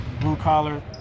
Blue-collar